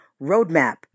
roadmap